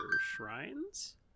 shrines